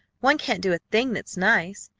one can't do a thing that's nice.